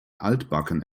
altbacken